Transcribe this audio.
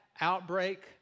outbreak